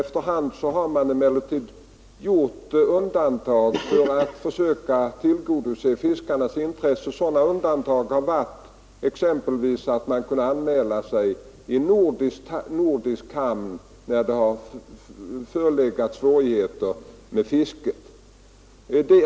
Efter hand har man emellertid gjort undantag för att försöka tillgodose fiskarnas intressen. Sådana undantag har exempelvis varit att de kunnat anmäla sig i nordisk hamn när det förelegat svårighet med fisket.